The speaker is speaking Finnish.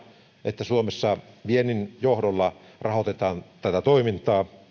että suomessa viennin johdolla rahoitetaan tätä toimintaa